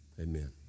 amen